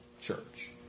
church